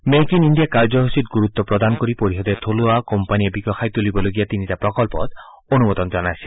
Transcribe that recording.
make in India কাৰ্যসূচীত গুৰুত্ত প্ৰদান কৰি পৰিষদে থলুৱা কোম্পানীয়ে বিকশাই তুলিবলগীয়া তিনিটা প্ৰকল্পত অনুমোদন দিছে